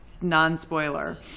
non-spoiler